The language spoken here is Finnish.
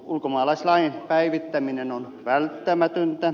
ulkomaalaislain päivittäminen on välttämätöntä